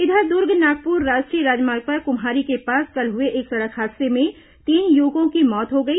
इधर दुर्ग नागपुर राष्ट्रीय राजमार्ग पर कुम्हारी के पास कल हुए एक सड़क हादसे में तीन युवकों की मृत्यु हो गई